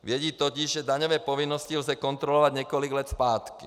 Vědí totiž, že daňové povinnosti lze kontrolovat několik let zpátky.